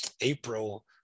April